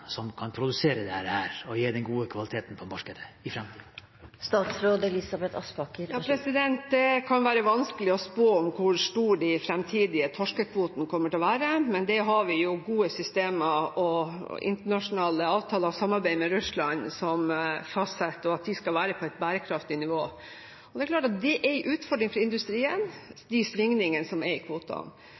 som kan produsere dette, og gi den gode kvaliteten i markedet i framtiden? Det kan være vanskelig å spå om hvor stor de fremtidige torskekvotene kommer til å være, men vi har gode systemer, internasjonale avtaler og et samarbeid med Russland for å fastsette dette, og de skal være på et bærekraftig nivå. Det er klart at de svingningene som er i kvotene,